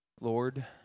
Lord